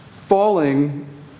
falling